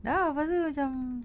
dah lepas tu macam